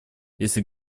если